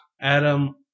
Adam